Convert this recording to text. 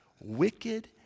Wicked